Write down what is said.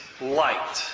light